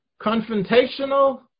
confrontational